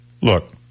look